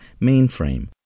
mainframe